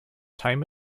time